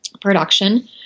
production